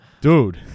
Dude